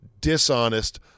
dishonest